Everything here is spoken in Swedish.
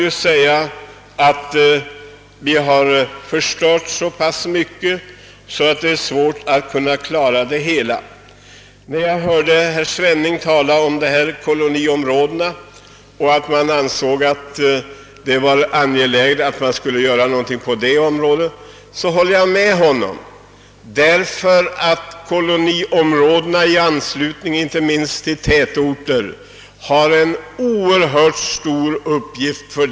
Tyvärr har vi förstört så mycket att det är svårt att klara hela detta problem. Herr Svenning talade om att man borde göra någonting i fråga om koloni områdena. Jag hyser samma uppfattning, ty koloniområdena — inte minst i anslutning till större tätorter — har en oerhört stor uppgift att fylla.